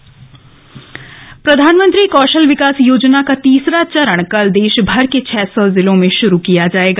प्रधानमंत्री कौशल विकास योजना प्रधानमंत्री कौशल विकास योजना का तीसरा चरण कल देशभर के छह सौ जिलों में शुरू किया जायेगा